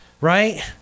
right